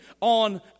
on